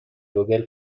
گوگل